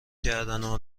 کردنو